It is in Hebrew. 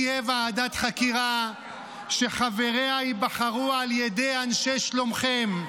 לא תהיה ועדת חקירה שחבריה ייבחרו על ידי אנשי שלומכם.